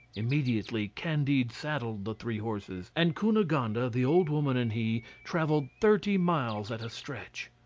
immediately candide saddled the three horses, and cunegonde, ah the old woman and he, travelled thirty miles at a stretch.